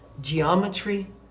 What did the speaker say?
geometry